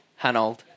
Hanold